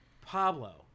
Pablo